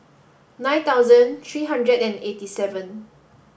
nine thousand three hundred and eighty seven